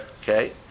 Okay